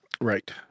Right